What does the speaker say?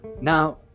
Now